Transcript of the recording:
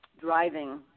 driving